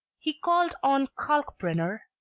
he called on kalkbrenner,